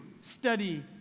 study